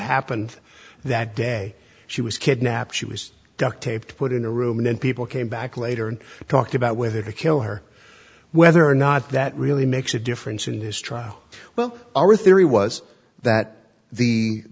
happened that day she was kidnapped she was duct taped put in a room then people came back later and talked about whether to kill her whether or not that really makes a difference in this trial well our theory was that the